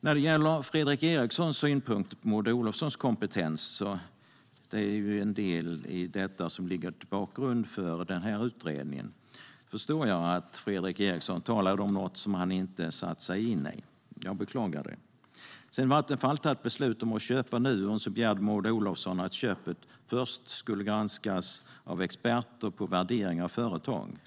När det gäller Fredrik Erikssons synpunkter på Maud Olofssons kompetens - det är en del i detta som ligger som bakgrund till denna utredning - förstår jag att han talar om något som han inte har satt sig in i. Jag beklagar det. Sedan Vattenfall tagit beslut om att köpa Nuon begärde Maud Olofsson att köpet först skulle granskas av experter på värdering av företag.